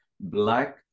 black